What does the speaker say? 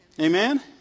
Amen